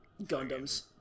gundams